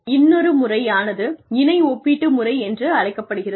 இன்னொரு முறை ஆனது இணை ஒப்பீட்டு முறை என்று அழைக்கப்படுகிறது